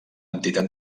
entitat